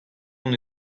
hon